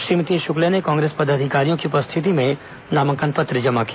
श्रीमती शुक्ला ने कांग्रेस पदाधिकारियों की उपस्थिति में नामांकन पत्र जमा किया